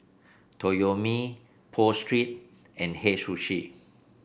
Toyomi Pho Street and Hei Sushi